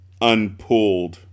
unpulled